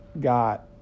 got